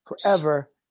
forever